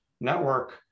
network